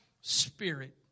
spirit